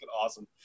awesome